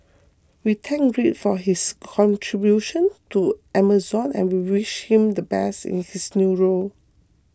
we thank Greg for his contribution to Amazon and wish him the best in his new role